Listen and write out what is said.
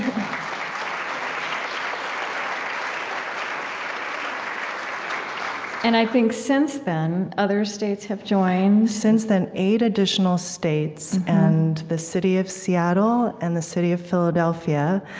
um and i think, since then, other states have joined since then, eight additional states and the city of seattle and the city of philadelphia,